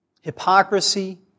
hypocrisy